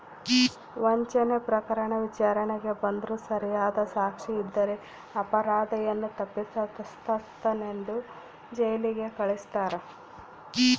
ವಂಚನೆ ಪ್ರಕರಣ ವಿಚಾರಣೆಗೆ ಬಂದ್ರೂ ಸರಿಯಾದ ಸಾಕ್ಷಿ ಇದ್ದರೆ ಅಪರಾಧಿಯನ್ನು ತಪ್ಪಿತಸ್ಥನೆಂದು ಜೈಲಿಗೆ ಕಳಸ್ತಾರ